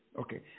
okay